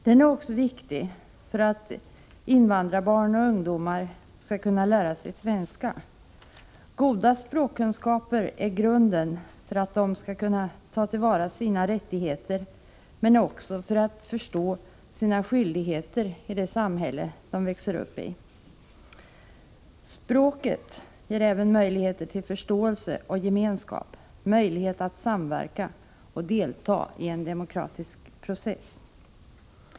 Den är också viktig för att invandrarbarn och invandrarungdomar skall kunna lära sig svenska. Goda språkkunskaper är grunden för att de skall kunna ta till vara sina rättigheter men också förstå sina skyldigheter i det samhälle som de växer uppi. Språket ger även möjlighet till förståelse och gemenskap, möjlighet att samverka och delta i en demokratisk process.